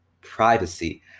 privacy